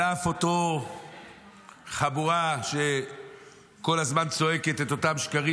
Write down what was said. על אף אותה חבורה שכל הזמן צועקת את אותם שקרים,